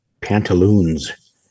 Pantaloons